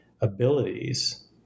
abilities